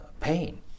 pain